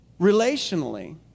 relationally